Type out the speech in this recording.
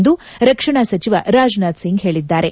ಎಂದು ರಕ್ಷಣಾ ಸಚಿವ ರಾಜ್ನಾಥ್ ಸಿಂಗ್ ಹೇಳಿದ್ದಾರೆ